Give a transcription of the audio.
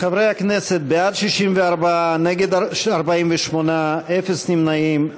חברי הכנסת, בעד 64, נגד, 48, אפס נמנעים.